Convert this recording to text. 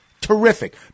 terrific